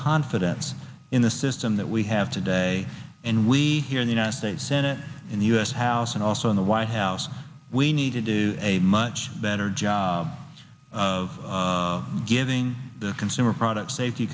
confidence in the system that we have today and we here in the united states senate in the u s house and also in the white house we need to do a much better job of giving the consumer product safety